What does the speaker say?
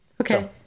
Okay